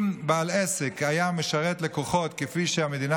אם בעל העסק היה משרת לקוחות כפי שהמדינה